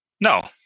No